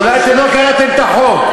אולי אתם לא קראתם את החוק.